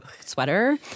sweater